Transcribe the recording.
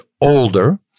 older